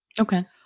Okay